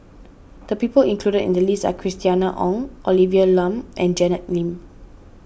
the people included in the list are Christina Ong Olivia Lum and Janet Lim